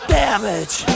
damage